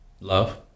Love